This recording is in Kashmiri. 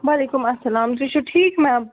وعلیکُم السلام تُہۍ چھُو ٹھیٖک میم